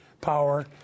power